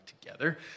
together